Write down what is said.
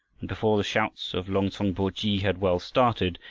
and before the shouts of long-tsong bo-khi had well started,